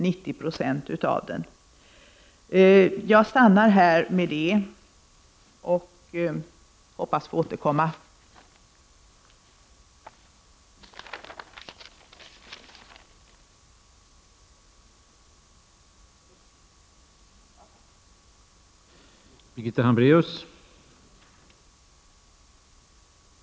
Härmed avslutar jag mitt anförande, och jag hoppas att få återkomma i frågan.